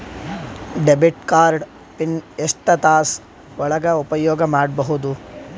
Debit card pin ಎಷ್ಟ ತಾಸ ಒಳಗ ಉಪಯೋಗ ಮಾಡ್ಬಹುದು?